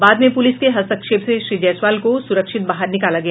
बाद में पुलिस के हस्तक्षेप से श्री जायसवाल को सुरक्षित बाहर निकाला गया